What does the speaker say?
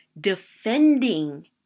defending